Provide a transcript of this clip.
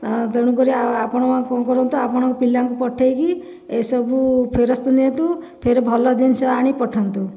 ତେଣୁକରି ଆପଣ କଣ କରନ୍ତୁ ଆପଣଙ୍କ ପିଲାଙ୍କୁ ପଠେଇକି ଏସବୁ ଫେରସ୍ତ ନିଅନ୍ତୁ ଫେରେ ଭଲ ଜିନିଷ ଆଣି ପଠାନ୍ତୁ